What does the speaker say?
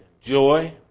joy